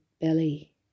belly